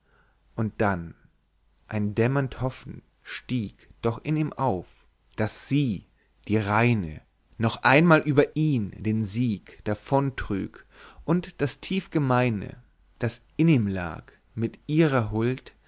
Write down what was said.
und dann ein dämmernd hoffen stieg doch in ihm auf daß sie die reine noch einmal über ihn den sieg davon trüg und das tief gemeine das in ihm lag mit ihrer huld